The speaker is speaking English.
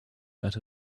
that